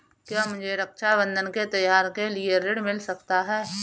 क्या मुझे रक्षाबंधन के त्योहार के लिए ऋण मिल सकता है?